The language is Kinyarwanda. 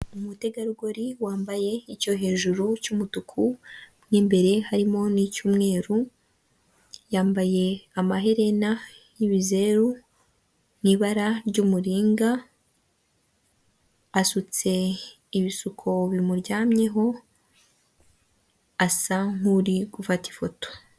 Umutegarugori wambaye icyo hejuru cy'umutuku mu imbere harimo n'icy'umweru yambaye amaherena y'ibizeru n'ibara ry'umuringa, asutse ibisuko bimuryamyeho asa nk'uri gufata ifoto.